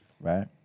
right